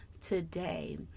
today